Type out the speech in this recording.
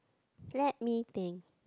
let me think